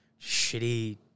shitty